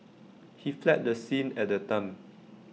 he fled the scene at the time